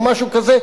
או משהו כזה,